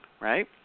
right